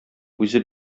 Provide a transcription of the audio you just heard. үзе